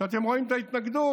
כשאתם רואים את ההתנגדות,